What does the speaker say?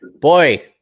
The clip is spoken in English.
Boy